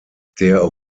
der